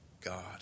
God